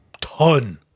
ton